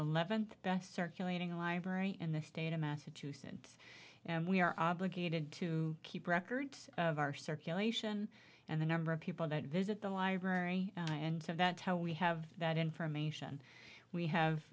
eleventh best circulating library in the state of massachusetts and we are obligated to keep records of our circulation and the number of people that visit the library and so that's how we have that information we have